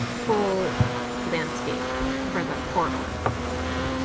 whole landscape for that corridor.